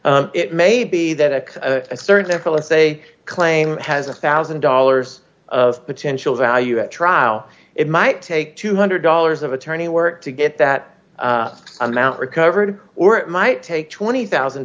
statute it may be that a a certain level i say claim has a one thousand dollars of potential value at trial it might take two hundred dollars of attorney work to get that amount recovered or it might take twenty thousand